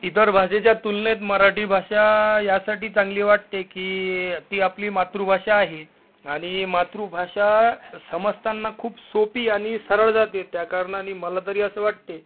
इतर भाषेच्या तुलनेत मराठी भाषा यासाठी चांगली वाटते की ती आपली मातृभाषा आहे आणि मातृभाषा समजताना खूप सोपी आणि सरळ जाते त्या कारणानं मला तरी असे वाटते